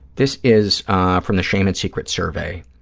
this is from the shame and secrets survey.